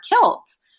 kilts